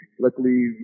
luckily